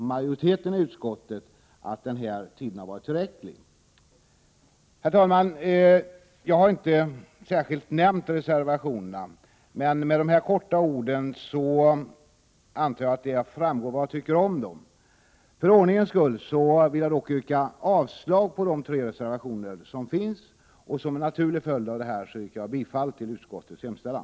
Majoriteten i utskottet anser att den här tiden har varit tillräcklig. Herr talman! Jag har inte nämnt reservationerna. Av dessa ord antar jag att det framgår vad jag tycker om dem. För ordningens skull vill jag dock yrka avslag på de tre reservationerna och som en följd av detta yrka bifall till utskottets hemställan.